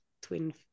twin